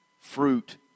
fruit